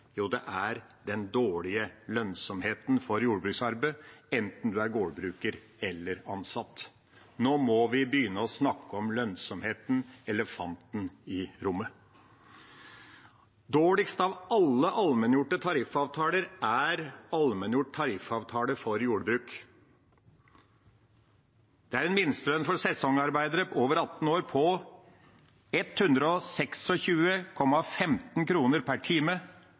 er den dårlige lønnsomheten for jordbruksarbeid, enten en er gårdbruker eller ansatt. Nå må vi begynne å snakke om lønnsomheten: elefanten i rommet. Dårligst av alle allmenngjorte tariffavtaler er allmenngjort tariffavtale for jordbruk. Minstelønnen for sesongarbeidere over 18 år er på126,15 kr per time, for fast ansatte fagarbeidere 159,05 kr per time,